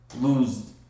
lose